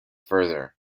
further